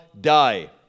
die